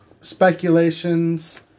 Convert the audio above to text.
speculations